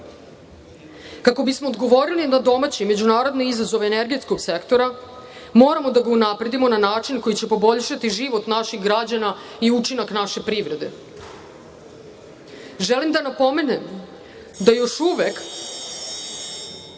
Kako bismo odgovorili na domaće i međunarodne izazove energetskog sektora, moramo da ga unapredimo na način koji će poboljšati život naših građana i učinak naše privrede. Želim da napomenem da još uvek